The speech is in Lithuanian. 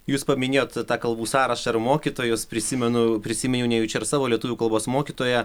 jūs paminėjot tą kalbų sąrašą ir mokytojus prisimenu prisiminiau nejučia ir savo lietuvių kalbos mokytoją